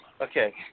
Okay